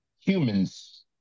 humans